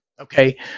Okay